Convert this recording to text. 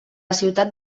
ciutat